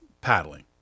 paddling